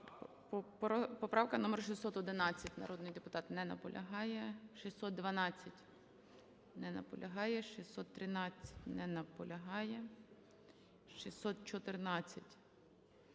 Поправка номер 611. Народний депутат не наполягає. 612. Не наполягає. 613. Не наполягає. 614.